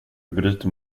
bryter